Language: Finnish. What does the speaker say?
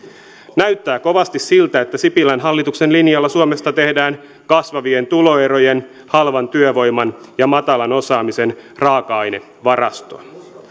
näyttää kovasti siltä että sipilän hallituksen linjalla suomesta tehdään kasvavien tuloerojen halvan työvoiman ja matalan osaamisen raaka ainevarastoa